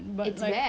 it's bad